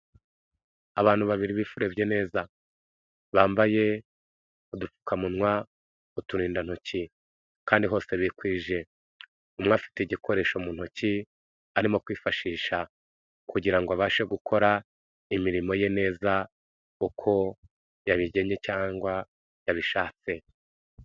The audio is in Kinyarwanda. Abantu babiri bifurebye neza. Bambaye udupfukamunwa, uturindantoki kandi hosse bikwije. Umwe afite igikoresho mu ntoki, rimo kwifashisha kugira ngo abashe gukora imirimo ye neza, uko yabigennye cyangwa yabishatse.